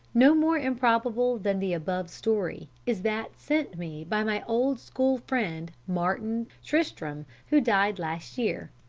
no more improbable than the above story is that sent me by my old school friend martin tristram, who died last year.